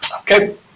Okay